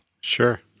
Sure